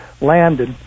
landed